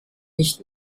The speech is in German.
nicht